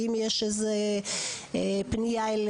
האם יש איזה שהיא פנייה או